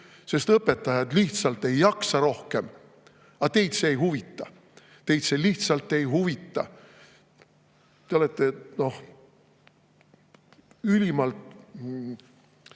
streik. Õpetajad lihtsalt ei jaksa rohkem, aga teid see ei huvita. Teid see lihtsalt ei huvita! Te olete ülimalt